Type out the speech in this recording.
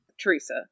Teresa